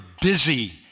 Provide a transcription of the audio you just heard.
busy